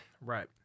right